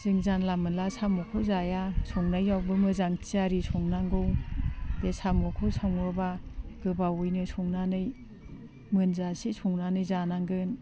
जों जानला मोनला साम'खो जाया संनायावबो मोजां थियारि संनांगौ बे साम'खौ सङोब्ला गोबावैनो संनानै मोनजासे संनानै जानांगोन